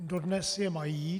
Dodnes je mají.